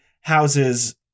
houses